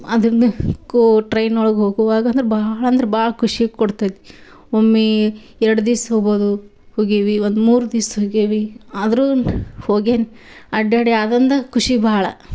ಅದ್ರಂದ್ ಕೋ ಟ್ರೈನೊಳ್ಗೆ ಹೋಗುವಾಗ ಅಂದ್ರೆ ಬಹಳಂದ್ರೆ ಭಾಳ ಖುಷಿ ಕೊಡ್ತೈತಿ ಒಮ್ಮೆ ಎರಡು ದಿಸ ಹೋಗ್ಬೋದು ಹೋಗೇವಿ ಒಂದು ಮೂರು ದಿಸ ಹೋಗೇವಿ ಆದ್ರೂ ಹೋಗೇನಿ ಅಡ್ಡಾಡಿ ಆದೊಂದ ಖುಷಿ ಭಾಳ